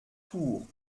tours